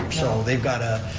um so they've got a,